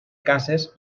cases